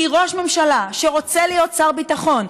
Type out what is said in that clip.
כי ראש ממשלה שרוצה להיות שר ביטחון,